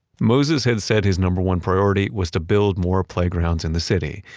moses had said his number one priority was to build more playgrounds in the city,